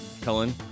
Cullen